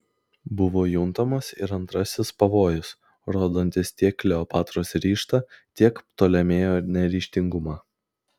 buvo juntamas ir antrasis pavojus rodantis tiek kleopatros ryžtą tiek ptolemėjo neryžtingumą